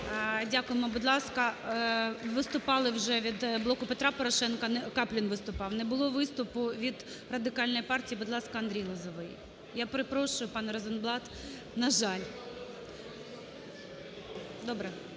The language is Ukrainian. Дякуємо. Будь ласка, виступали вже від "Блоку Петра Порошенка", Каплін виступав. Не було виступу від Радикальної партії. Будь ласка, Андрій Лозовой. Я перепрошую, пане Розенблат, на жаль. Добре,